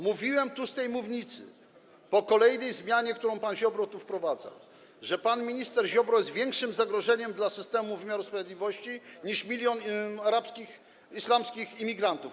Mówiłem tu, z tej mównicy, po kolejnej zmianie, którą pan Ziobro tu wprowadza, że pan minister Ziobro jest większym zagrożeniem dla systemu wymiaru sprawiedliwości niż milion arabskich, islamskich imigrantów.